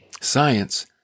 Science